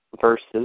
Versus